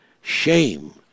shame